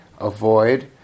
avoid